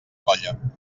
colla